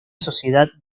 sociedad